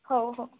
हो हो